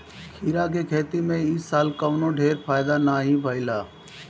खीरा के खेती में इ साल कवनो ढेर फायदा नाइ भइल हअ